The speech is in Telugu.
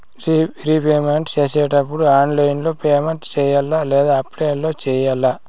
రీపేమెంట్ సేసేటప్పుడు ఆన్లైన్ లో పేమెంట్ సేయాలా లేదా ఆఫ్లైన్ లో సేయాలా